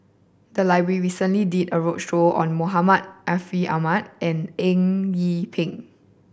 the library recently did a roadshow on Muhammad Ariff Ahmad and Eng Yee Peng